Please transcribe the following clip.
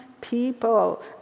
people